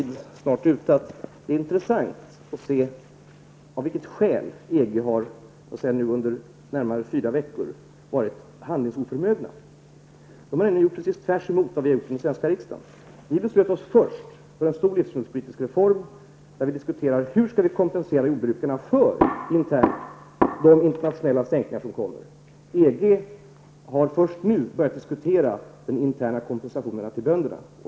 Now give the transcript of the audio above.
Det är intressant att studera skälen till att man i EG nu under fyra veckor varit handlingsoförmögen. Man har gjort precis tvärtemot vad vi har gjort i den svenska riksdagen. Vi beslöt oss först för en stor livsmedelspolitisk reform. Vi diskuterade i det sammanhanget hur vi skulle kunna kompensera jordbrukarna för de internationella prissänkningar som kommer. I EG har man först nu börjat diskutera frågan om interna kompensationen till bönderna.